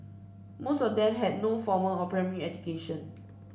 most of them had no formal or primary education